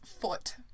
Foot